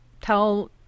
tell